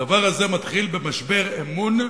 הדבר הזה מתחיל במשבר אמון,